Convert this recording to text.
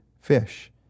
fish